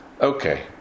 Okay